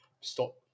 stop